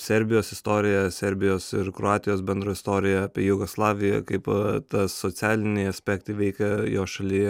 serbijos istoriją serbijos ir kroatijos bendrą istoriją apie jugoslaviją kaip tą socialiniai aspektai veika jo šalyje